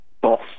boss